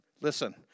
listen